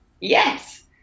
yes